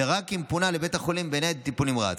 ורק אם פונה לבית החולים בניידת טיפול נמרץ.